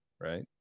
Right